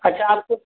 अच्छा आपको